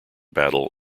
battle